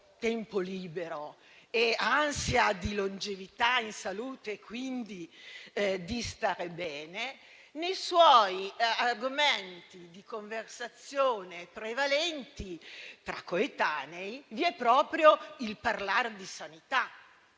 tempo libero e ansia di longevità in salute, quindi di stare bene, nei suoi argomenti di conversazione prevalenti tra coetanei vi è proprio il parlare di sanità,